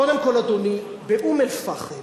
קודם כול, אדוני, באום-אל-פחם